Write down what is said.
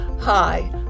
hi